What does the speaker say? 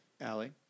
Allie